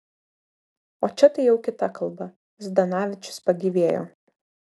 o čia tai jau kita kalba zdanavičius pagyvėjo